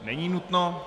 Není nutno.